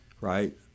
right